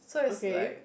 so is like